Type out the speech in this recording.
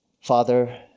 Father